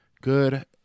Good